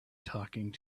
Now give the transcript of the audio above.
talking